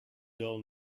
dull